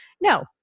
no